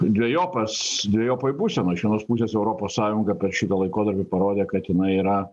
dvejopas dvejopoj būsenoj iš vienos pusės europos sąjunga per šitą laikotarpį parodė kad jinai yra